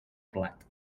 plat